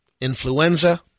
Influenza